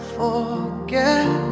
forget